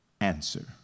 answer